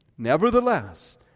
Nevertheless